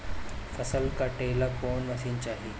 फसल काटेला कौन मशीन चाही?